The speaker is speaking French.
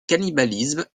cannibalisme